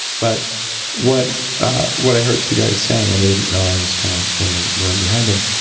but what what i heard two guys saying when they didn't know i was kind of in the room behind them,